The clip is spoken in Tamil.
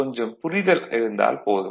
கொஞ்சம் புரிதல் இருந்தால் போது